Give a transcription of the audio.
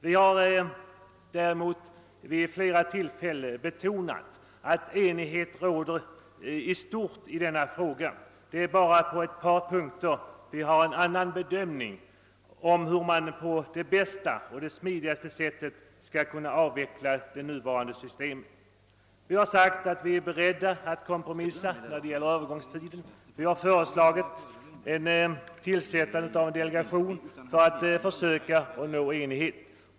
Vi har tvärtom vid flera tillfällen betonat att enighet i stort råder i denna fråga och att det bara är på ett par punkter som vi har en annan bedömning av hur man på bästa och smidigaste sätt skall kunna avveckla hyresregleringen. Vi har sagt att vi är beredda att kompromissa när det gäller övergångstiderna, och vi har föreslagit tillsättandet av en delegation för att nå enighet.